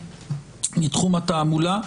מתחום התעמולה.